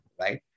right